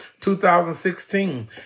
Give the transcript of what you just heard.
2016